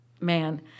man